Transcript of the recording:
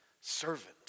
servant